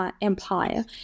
Empire